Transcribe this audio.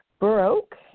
Baroque